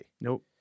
Nope